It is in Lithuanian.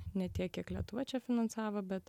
ne tiek kiek lietuva čia finansavo bet